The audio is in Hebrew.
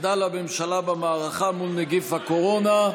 מחדל הממשלה במערכה מול נגיף הקורונה.